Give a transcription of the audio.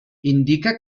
indica